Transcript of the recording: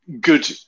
Good